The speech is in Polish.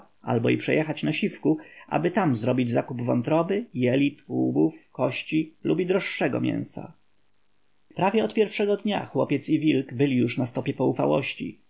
albo i przejechać na siwku aby tam zrobić zakup wątroby jelit łbów kości lub i droższego mięsa prawie od pierwszego dnia chłopiec i wilk byli już na stopie